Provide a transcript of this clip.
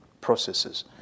processes